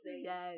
Yes